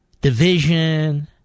division